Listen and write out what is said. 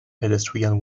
pedestrians